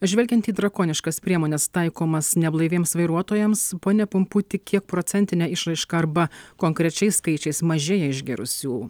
žvelgiant į drakoniškas priemones taikomas neblaiviems vairuotojams pone pumputi kiek procentine išraiška arba konkrečiais skaičiais mažėja išgėrusių